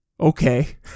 okay